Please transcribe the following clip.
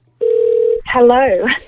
Hello